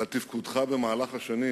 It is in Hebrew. ועל תפקודך במהלך השנים